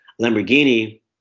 Lamborghini